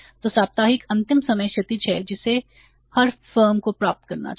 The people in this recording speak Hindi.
तो साप्ताहिक अंतिम समय क्षितिज है जिसे हर फर्म को प्राप्त करना चाहिए